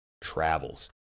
Travels